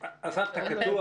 אתה קטוע.